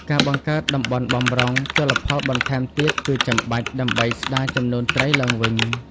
ការបង្កើត តំបន់បម្រុង ជលផលបន្ថែមទៀតគឺចាំបាច់ដើម្បីស្តារចំនួនត្រីឡើងវិញ។